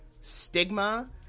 stigma